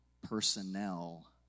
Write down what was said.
personnel